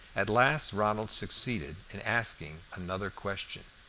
at last ronald succeeded in asking another question.